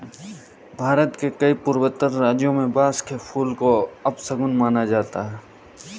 भारत के कई पूर्वोत्तर राज्यों में बांस के फूल को अपशगुन माना जाता है